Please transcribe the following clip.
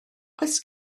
oes